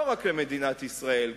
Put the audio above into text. לא רק למדינת ישראל,